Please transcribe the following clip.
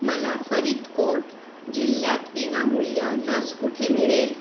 मला फरीतकोट जिल्ह्यात विनामूल्य लस कुठे मिळेल